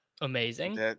Amazing